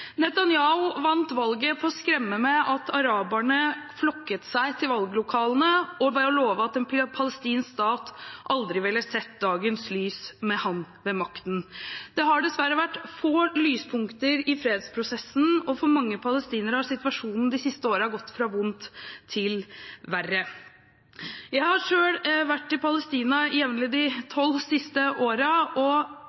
vant valget på å skremme med at araberne flokket seg til valglokalene, og ved å love at en palestinsk stat aldri ville se dagens lys med ham ved makten. Det har dessverre vært få lyspunkter i fredsprosessen, og for mange palestinere har situasjonen de siste årene gått fra vondt til verre. Jeg har selv vært i Palestina jevnlig de tolv siste årene, og